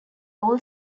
all